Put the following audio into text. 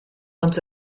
ond